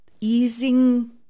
easing